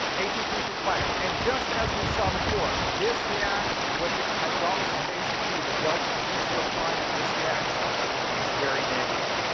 atp is required, and, just as we saw before, this reaction, with the hydrolysis of atp, the delta g zero prime of this reaction is very negative.